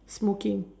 smoking